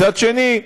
מצד שני,